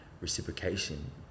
reciprocation